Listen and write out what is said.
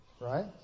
right